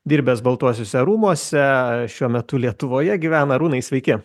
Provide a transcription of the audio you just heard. dirbęs baltuosiuose rūmuose šiuo metu lietuvoje gyvena arūnai sveiki